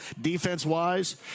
defense-wise